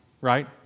right